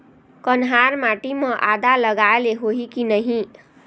कन्हार माटी म आदा लगाए ले होही की नहीं?